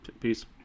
Peace